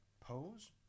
pose